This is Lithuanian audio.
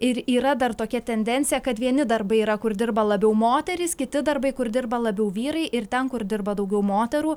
ir yra dar tokia tendencija kad vieni darbai yra kur dirba labiau moterys kiti darbai kur dirba labiau vyrai ir ten kur dirba daugiau moterų